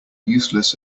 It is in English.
useless